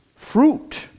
Fruit